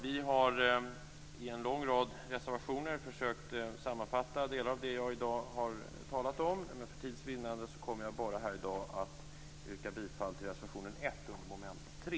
Vi har i en lång rad reservationer försökt att sammanfatta delar av det som jag i dag har talat om, men för tids vinnande kommer jag i dag att yrka bifall bara till reservationen 1 under mom. 3.